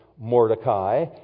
Mordecai